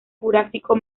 jurásico